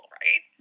right